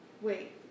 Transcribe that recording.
Wait